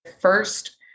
first